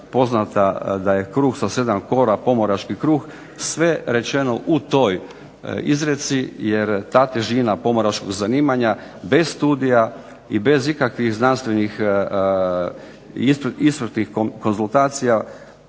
da je kruh sa sedam kora pomorački kruh, sve rečeno u toj izreci jer ta težina pomoračkog zanimanja bez studija i bez ikakvih znanstvenih iscrpnih konzultacija